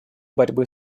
борьбы